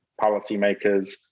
policymakers